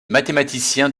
mathématiciens